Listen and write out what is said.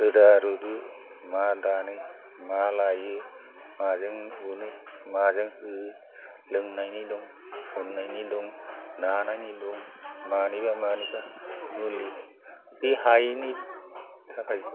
रोदा रुदु मा दानो मालायो माजों उनो माजों होयो लोंनायनि दं फुन्नायनि दं नानायनि दं मानिबा मानिबा मुलि बे हायैनि थाखाय